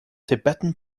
tibetan